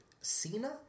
Cena